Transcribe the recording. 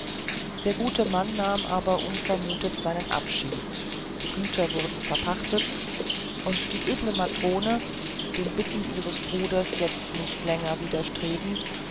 der gute mann nahm aber unvermutet seinen abschied die güter wurden verpachtet und die edle matrone den bitten ihres bruders jetzt nicht länger widerstrebend